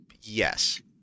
Yes